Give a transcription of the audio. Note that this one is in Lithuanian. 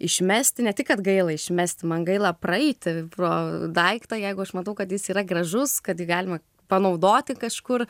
išmesti ne tik kad gaila išmesti man gaila praeiti pro daiktą jeigu aš matau kad jis yra gražus kad jį galima panaudoti kažkur